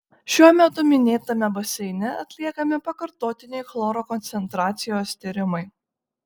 šiuo metu minėtame baseine atliekami pakartotiniai chloro koncentracijos tyrimai